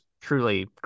truly